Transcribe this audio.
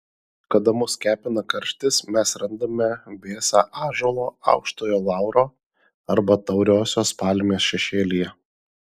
kada mus kepina karštis mes randame vėsą ąžuolo aukštojo lauro arba tauriosios palmės šešėlyje